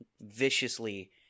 viciously